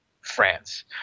France